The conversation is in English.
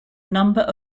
number